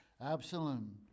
Absalom